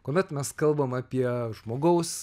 kuomet mes kalbam apie žmogaus